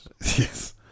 Yes